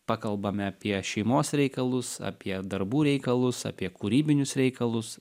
pakalbame apie šeimos reikalus apie darbų reikalus apie kūrybinius reikalus